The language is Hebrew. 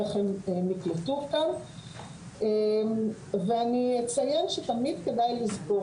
איך הם נקלטו כאן ואני אציין שתמיד כדאי לזכור